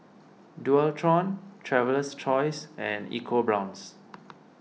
Dualtron Traveler's Choice and Eco Brown's